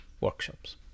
workshops